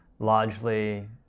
largely